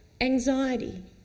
Anxiety